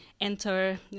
enter